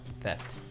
theft